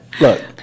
Look